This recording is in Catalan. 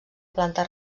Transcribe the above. planta